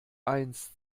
eins